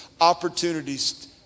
opportunities